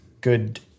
good